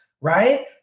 Right